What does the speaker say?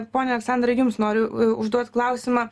pone aleksandrai jums noriu u užduot klausimą